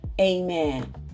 Amen